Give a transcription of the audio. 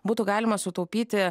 būtų galima sutaupyti